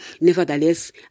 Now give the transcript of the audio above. nevertheless